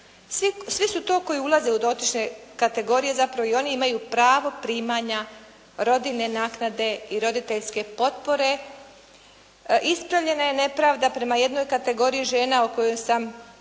svi su to koji ulaze u dotične kategorije, zapravo oni imaju pravo primanja rodiljne naknade i roditeljske potpore. Ispravljena je nepravda prema jednoj kategoriji žena o kojoj sam govorila